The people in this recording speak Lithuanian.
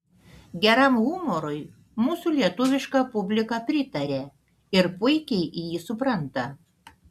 geram humorui mūsų lietuviška publika pritaria ir puikiai jį supranta